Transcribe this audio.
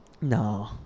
No